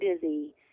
busy